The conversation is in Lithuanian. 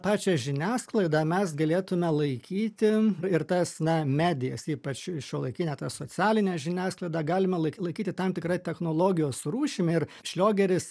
pačią žiniasklaidą mes galėtume laikyti ir tas na medijas ypač šiuolaikinę tą socialinę žiniasklaidą galime laiky laikyti tam tikra technologijos rūšimi ir šliogeris